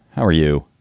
how are you?